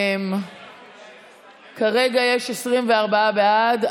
כרגע יש 24 בעד.